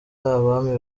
abami